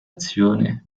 azione